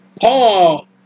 Paul